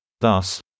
Thus